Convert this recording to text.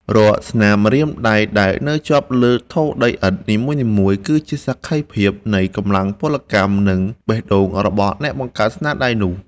រាល់ស្នាមម្រាមដៃដែលនៅជាប់លើថូដីឥដ្ឋនីមួយៗ គឺជាសក្ខីភាពនៃកម្លាំងពលកម្ម និង បេះដូងរបស់អ្នកបង្កើតស្នាដៃនោះឡើង។